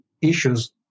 issues